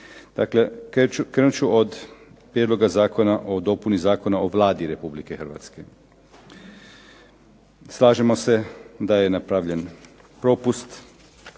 Dakle, krenut ću od Prijedloga zakona o dopuni Zakona o Vladi RH. Slažemo se da je napravljen propust